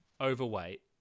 overweight